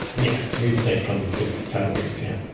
and yes, we'd say probably six to ten weeks, yeah